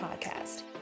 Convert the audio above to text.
Podcast